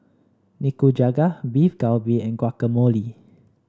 Nikujaga Beef Galbi and Guacamole